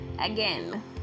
again